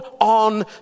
on